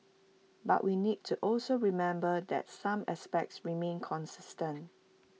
but we need to also remember that some aspects remain consistent